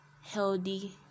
healthy